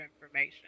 information